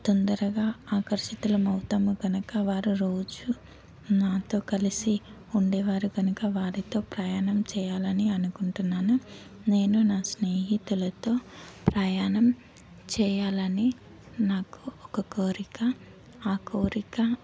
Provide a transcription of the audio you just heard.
తొందరగా ఆకర్షితులం అవుతాము కనుక వారు రోజు నాతో కలిసి ఉండేవారు కనుక వారితో ప్రయాణం చేయాలని అనుకుంటున్నాను నేను నా స్నేహితులతో ప్రయాణం చేయాలని నాకు ఒక కోరిక ఆ కోరిక